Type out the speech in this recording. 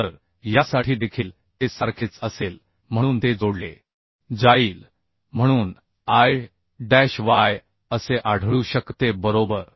तर यासाठी देखील ते सारखेच असेल म्हणून ते जोडले जाईल म्हणून I डॅश y असे आढळू शकते बरोबर